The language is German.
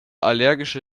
allergische